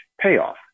payoff